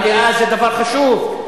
המליאה זה דבר חשוב.